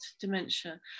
dementia